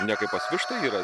ne kaip pas vištą yra